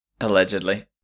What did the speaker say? Allegedly